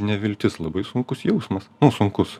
neviltis labai sunkus jausmas nu sunkus